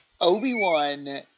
Obi-Wan